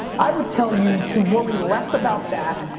i would tell you to worry less about that,